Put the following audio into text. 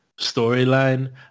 storyline